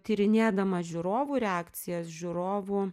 tyrinėdama žiūrovų reakcijas žiūrovų